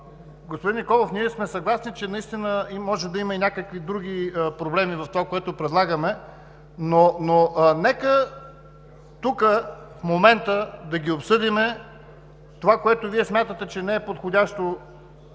Господин Николов, ние сме съгласни, че може да има и някакви други проблеми в това, което предлагаме, но нека в момента да ги обсъдим – онова, което Вие смятате, че не е подходящо,